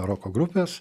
roko grupės